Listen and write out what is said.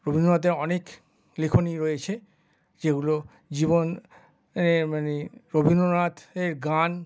রবীন্দ্রনাথের অনেক লেখনী রয়েছে যেগুলো জীবন মানে রবীন্দ্রনাথের গান